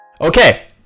Okay